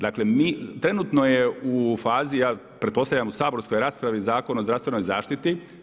Dakle mi, trenutno je u fazi, ja pretpostavljam u saborskoj raspravi Zakon o zdravstvenoj zaštiti.